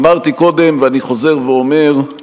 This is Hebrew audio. אמרתי קודם, ואני חוזר ואומר,